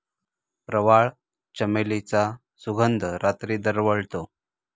प्रवाळ, चमेलीचा सुगंध रात्री दरवळतो